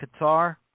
Qatar